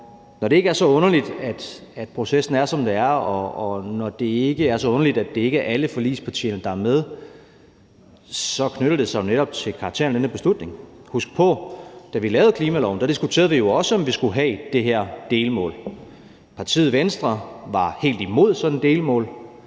Når det ikke er så underligt, at processen er, som den er, og når det ikke er så underligt, at det ikke er alle forligspartierne, der er med, så knytter det sig jo netop til karakteren af den her beslutning. Husk på, at da vi lavede klimaloven, diskuterede vi jo også, om vi skulle have det her delmål. Partiet Venstre var helt imod sådan et delmål,